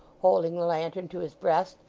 holding the lantern to his breast,